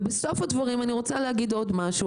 ובסוף הדברים אני רוצה להגיד עוד משהו.